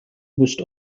most